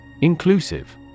Inclusive